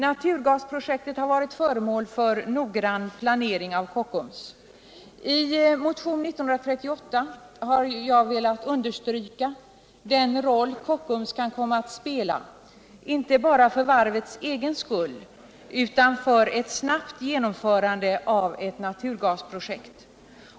Naturgasprojektet har varit föremål för noggrann planering av Kockums. I motionen 1938 har jag velat understryka den roll Kockums kan komma att spela inte bara för varvets egen skull utan för ett snabbt genomförande av ett naturgasprojekt.